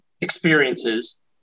experiences